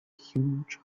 huge